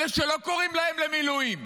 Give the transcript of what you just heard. אלה שלא קוראים להם למילואים,